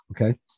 Okay